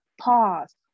pause